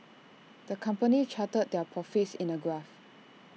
the company charted their profits in A graph